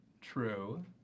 True